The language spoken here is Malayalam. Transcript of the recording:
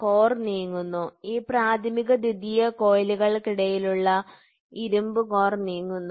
കോർ നീങ്ങുന്നു ഈ പ്രാഥമിക ദ്വിതീയ കോയിലുകൾക്കിടയിലുള്ള ഇരുമ്പു കോർ നീങ്ങുന്നു